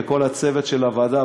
וכל הצוות של הוועדה,